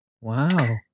Wow